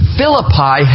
Philippi